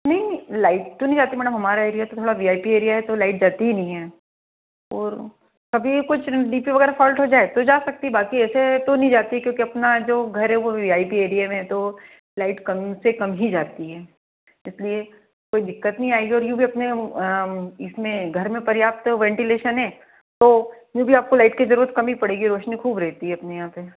नहीं लाइट तो नहीं जाती मैडम हमारा एरिया थोड़ा वी आई पी एरिया है तो लाइट जाती ही नहीं है और कभी कुछ डी पी वग़ैरह फाल्ट हो जाए तो जा सकती है बाक़ी ऐसे तो नहीं जाती क्योंकि अपना जो घर है वो वी आई पी एरिये में है तो लाइट कम से कम ही जाती है इसलिए कोई दिक़्क़त नहीं आएगी और यह भी अपने इसमें घर में पर्याप्त वेंटिलेशन है तो वह भी आपको लाइट की ज़रूरत कम ही पड़ेगी रोशनी ख़ूब रहती है अपने यहाँ पर